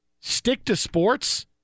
stick-to-sports